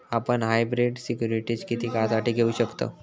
आपण hybrid securities किती काळासाठी घेऊ शकतव